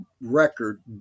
record